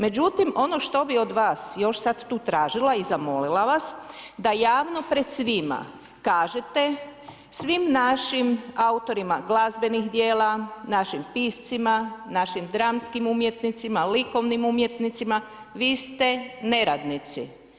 Međutim ono što bi od vas još sad tu tražila i zamolila vas da javno pred svima kažete svim našim autorima glazbenih djela, našim piscima, našim dramskim umjetnicima, likovnim umjetnicima,, vi ste neradnici.